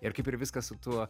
ir kaip ir viskas su tuo